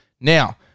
Now